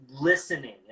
listening